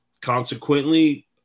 consequently